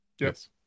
Yes